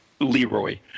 Leroy